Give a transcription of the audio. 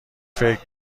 فکر